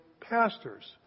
pastors